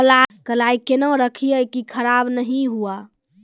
कलाई केहनो रखिए की खराब नहीं हुआ?